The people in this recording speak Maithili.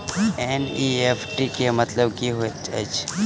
एन.ई.एफ.टी केँ मतलब की होइत अछि?